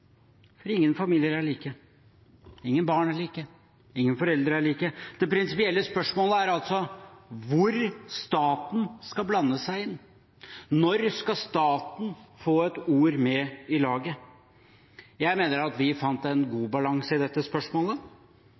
Ingen familier er like. Ingen barn er like. Ingen foreldre er like. Det prinsipielle spørsmålet er altså hvor staten skal blande seg inn, når staten skal få et ord med i laget. Jeg mener at vi fant en god balanse i dette spørsmålet.